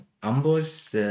ambos